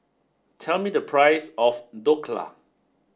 tell me the price of Dhokla